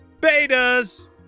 betas